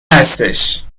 هستش